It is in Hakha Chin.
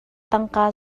tangka